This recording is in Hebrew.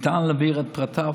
ניתן להעביר את פרטיו